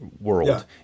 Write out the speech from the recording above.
world